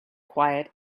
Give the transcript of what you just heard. quiet